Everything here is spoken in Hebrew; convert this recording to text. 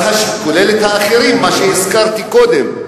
מה שהזכרתי קודם.